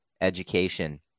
education